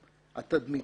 התדמיתי,